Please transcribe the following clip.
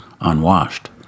unwashed